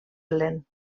lent